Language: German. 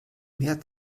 mehr